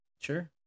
Sure